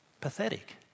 pathetic